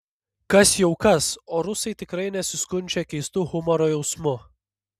kas jau kas o rusai tikrai nesiskundžia keistu humoro jausmu